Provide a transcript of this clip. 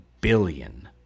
billion